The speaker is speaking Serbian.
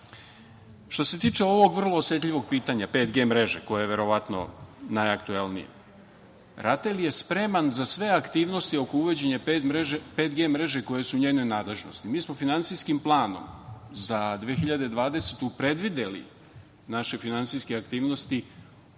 se tiče ovog vrlo osetljivog pitanja, 5G mreže, koje je verovatno najaktuelnije, RATEL je spreman za sve aktivnosti oko uvođenja 5G koje su u njenoj nadležnosti. Mi smo finansijskim planom za 2020. godinu predvideli naše finansijske aktivnosti